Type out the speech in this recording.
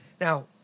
Now